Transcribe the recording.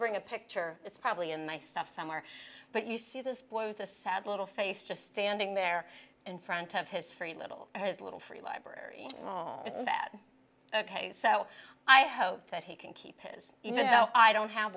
bring a picture it's probably in my stuff somewhere but you see this boy with a sad little face just standing there in front of his free little his little free library it's bad ok so i hope that he can keep his even though i don't have